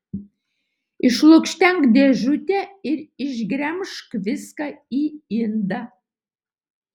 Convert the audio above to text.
išlukštenk dėžutę ir išgremžk viską į indą